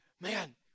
man